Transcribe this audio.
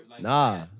Nah